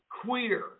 queer